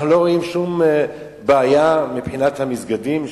אנחנו לא רואים שום בעיה מבחינת המסגדים,